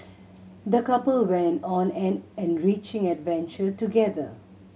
the couple went on an enriching adventure together